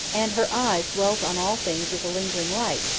and her eyes dwelt on all things with a lingering light,